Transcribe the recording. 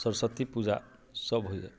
सरस्वती पूजासब होइए